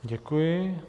Děkuji.